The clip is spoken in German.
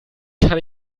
kann